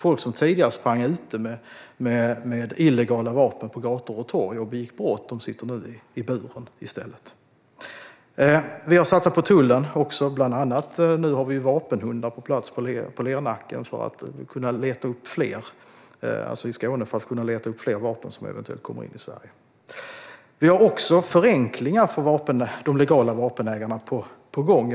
Folk som tidigare sprang med illegala vapen ute på gator och torg och begick brott sitter nu i stället i buren. Vi har också satsat på tullen. Bland annat har vi nu vapenhundar på plats på Lernacken i Skåne för att kunna leta upp fler vapen som eventuellt kommer in i Sverige. Vi har också förenklingar för de legala vapenägarna på gång.